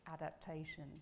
adaptation